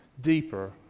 deeper